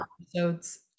episodes